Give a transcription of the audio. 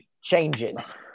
Changes